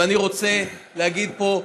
ואני רוצה להגיד פה,